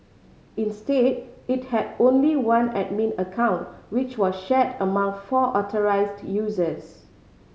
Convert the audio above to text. instead it had only one admin account which were shared among four authorised users